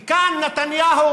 כאן, נתניהו